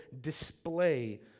display